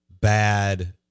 bad